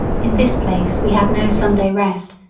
in this place we had no sunday rest,